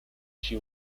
she